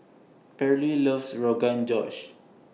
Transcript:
Pearley loves Rogan Josh